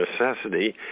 necessity